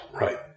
Right